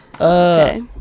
Okay